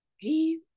Give